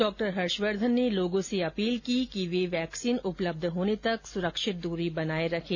डॉ हर्षवर्धन ने लोगों से अपील की कि वे वैक्सीन उपलब्ध होने तक सुरक्षित दूरी बनाए रखें